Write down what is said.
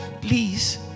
please